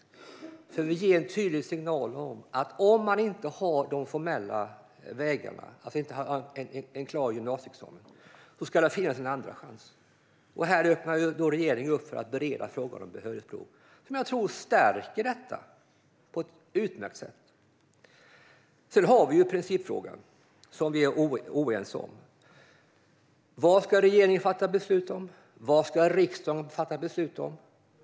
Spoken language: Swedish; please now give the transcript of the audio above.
Vi ger nämligen en tydlig signal om att om man inte har de formella vägarna - en klar gymnasieexamen - ska det finnas en andra chans. Regeringen öppnar nu upp för att bereda frågor om behörighetsprov, som jag tror stärker detta på ett utmärkt sätt. Principfrågan är vi dock oense om. Vad ska regeringen fatta beslut om? Vad ska riksdagen fatta beslut om?